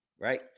Right